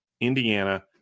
Indiana